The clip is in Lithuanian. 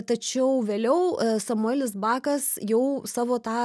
tačiau vėliau samuelis bakas jau savo tą